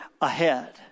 ahead